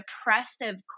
depressive